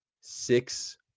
six